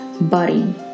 body